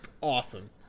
Awesome